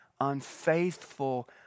unfaithful